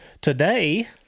today